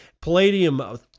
Palladium